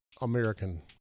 American